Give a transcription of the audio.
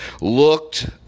looked